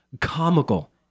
comical